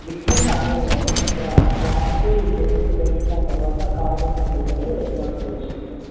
బిగ్సిలు మాకేమీ వద్దండీ ఇక్కడ క్రాంతి వచ్చేసి పెన్సిల్ దాని తర్వాత carbon computer brown colour sheet